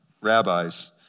rabbis